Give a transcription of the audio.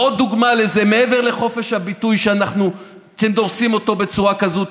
עוד דוגמה לזה: מעבר לחופש הביטוי שאתם דורסים אותו בצורה כזאת,